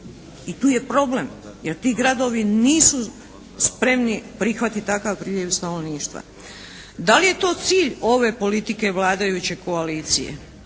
i tu je problem, jer ti gradovi nisu spremni prihvatiti takav priljev stanovništva. Da li je to cilj ove politike vladajuće koalicije?